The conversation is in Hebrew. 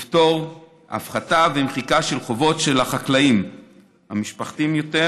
להפחתה ומחיקה של חובות של החקלאים המשפחתיים יותר,